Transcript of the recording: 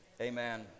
Amen